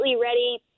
ready